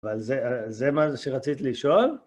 אבל זה מה שרצית לשאול?